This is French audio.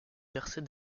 percée